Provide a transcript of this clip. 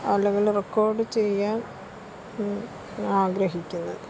അല്ലെങ്കിൽ റെക്കോർഡ് ചെയ്യാൻ ആഗ്രഹിക്കുന്നത്